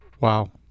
Wow